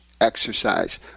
exercise